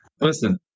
Listen